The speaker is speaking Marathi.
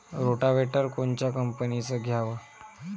रोटावेटर कोनच्या कंपनीचं घ्यावं?